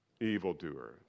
evildoer